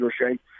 shape